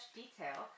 detail